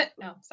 No